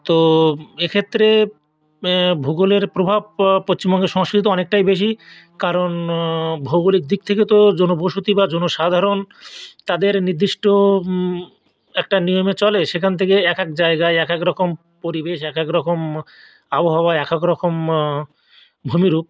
তো এক্ষেত্রে ভূগোলের প্রভাব পশ্চিমবঙ্গের সংস্কৃতিতে অনেকটাই বেশি কারণ ভৌগলিক দিক থেকে তো জনবসতি বা জনসাধারণ তাদের নির্দিষ্ট একটা নিয়মে চলে সেখান থেকে এক এক জায়গায় এক এক রকম পরিবেশ এক এক রকম আবহাওয়া এক এক রকম ভূমিরূপ